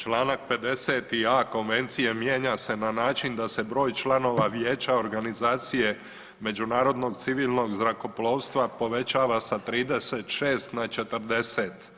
Članak 50.(a) konvencije mijenja se na način da se broj članova Vijeća organizacije međunarodnog civilnog zrakoplovstva povećava sa 36 na 40.